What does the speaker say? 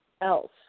else